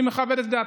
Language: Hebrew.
אני מכבד את דעתך.